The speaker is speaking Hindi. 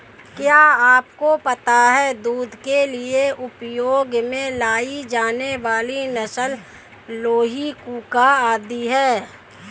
क्या आपको पता है दूध के लिए उपयोग में लाई जाने वाली नस्ल लोही, कूका आदि है?